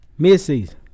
Midseason